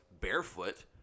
barefoot